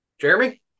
Jeremy